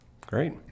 Great